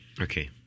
Okay